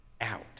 out